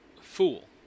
fool